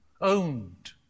owned